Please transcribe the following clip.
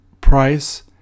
price